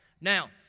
Now